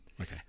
okay